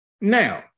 Now